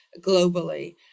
globally